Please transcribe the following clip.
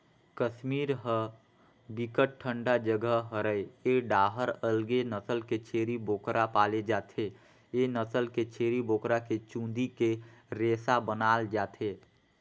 कस्मीर ह बिकट ठंडा जघा हरय ए डाहर अलगे नसल के छेरी बोकरा पाले जाथे, ए नसल के छेरी बोकरा के चूंदी के रेसा बनाल जाथे